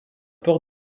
port